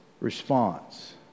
response